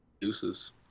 Deuces